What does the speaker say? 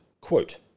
quote